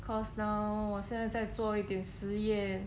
'cause now 我现在在做一点实验